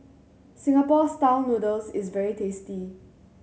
Singapore Style Noodles is very tasty